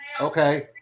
Okay